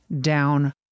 down